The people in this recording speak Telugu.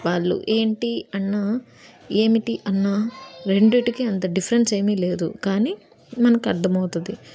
వాళ్ళు ఏంటి అన్నా ఏమిటి అన్నా రెండిటికి అంత డిఫరెన్స్ ఏమీ లేదు కానీ మనకు అర్థమవుతుంది